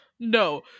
No